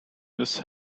miss